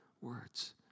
words